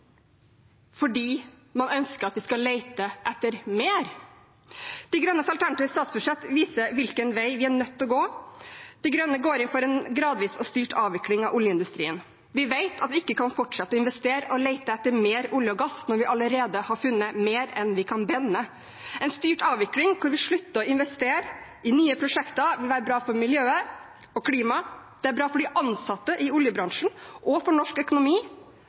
fordi man ønsker at de skal lete etter mer. De Grønnes alternative statsbudsjett viser hvilken vei vi er nødt til å gå. De Grønne går inn for en gradvis og styrt avvikling av oljeindustrien. Vi vet at vi ikke kan fortsette å investere og lete etter mer olje og gass når vi allerede har funnet mer enn vi kan brenne. En styrt avvikling, hvor vi slutter å investere i nye prosjekter, vil være bra for miljøet og klimaet. Det vil være bra for de ansatte i oljebransjen og for norsk økonomi